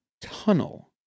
tunnel